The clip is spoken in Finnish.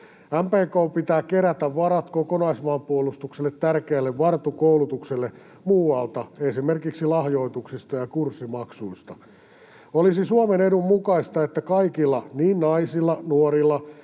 MPK:n pitää kerätä varat kokonaismaanpuolustukselle tärkeälle VARTU-koulutukselle muualta, esimerkiksi lahjoituksista ja kurssimaksuista. Olisi Suomen edun mukaista, että kaikilla, niin naisilla, nuorilla